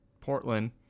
Portland